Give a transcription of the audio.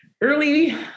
early